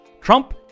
Trump